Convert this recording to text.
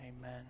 amen